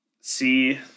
see